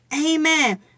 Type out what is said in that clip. Amen